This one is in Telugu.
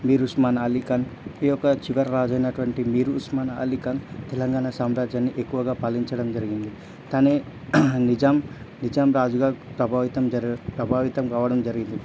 మీర్ ఉస్మాన్ అలీ ఖాన్ ఈ యొక్క చివరి రాజు అయినటువంటి మీర్ ఉస్మాన్ అలీఖాన్ తెలంగాణా సామ్రాజ్యాన్ని ఎక్కువగా పాలించడం జరిగింది తనే నిజాం నిజాం రాజుగా ప్రభావితం జరిగి ప్రభావితం కావడం జరిగింది